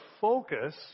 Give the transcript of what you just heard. focus